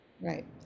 Right